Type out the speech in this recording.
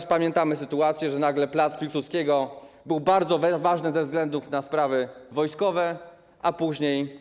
Pamiętamy sytuację, że pl. Piłsudskiego był bardzo ważny ze względu na sprawy wojskowe, a później